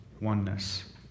oneness